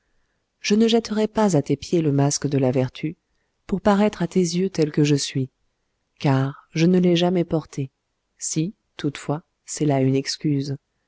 je ne jetterai pas à tes pieds le masque de la vertu pour paraître à tes yeux tel que je suis car je ne l'ai jamais porté